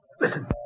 Listen